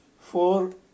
four